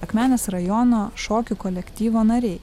akmenės rajono šokių kolektyvo nariai